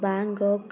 Bangkok